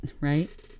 right